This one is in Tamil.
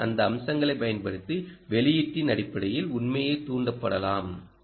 ஓவின் இந்த அம்சங்களைப் பயன்படுத்தி வெளியீட்டின் அடிப்படையில் உண்மையில் தூண்டப்படலாம்